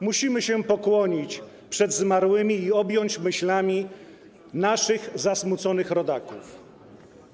Musimy się pokłonić przed zmarłymi i objąć myślami naszych zasmuconych rodaków.